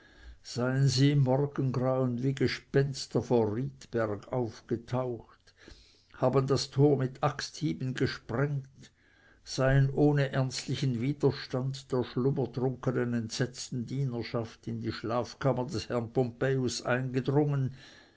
seien sie im morgengrauen wie gespenster vor riedberg aufgetaucht haben das tor mit axthieben gesprengt seien ohne ernstlichen widerstand der schlummertrunkenen entsetzten dienerschaft in die schlafkammer des herrn pompejus eingedrungen